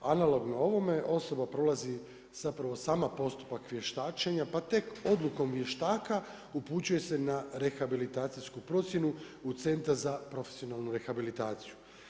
Analogno ovome osoba prolazi sama postupak vještačenja, pa tek odlukom vještaka upućuje se na rehabilitaciju procjenu u centar za profesionalnu rehabilitaciju.